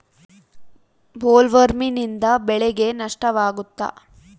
ಬೊಲ್ವರ್ಮ್ನಿಂದ ಬೆಳೆಗೆ ನಷ್ಟವಾಗುತ್ತ?